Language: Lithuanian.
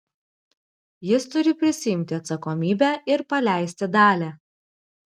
jis turi prisiimti atsakomybę ir paleisti dalią